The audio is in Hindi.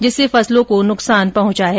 जिससे फसलों को बहुत नुकसान पहुंचा है